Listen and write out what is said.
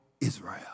Israel